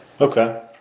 Okay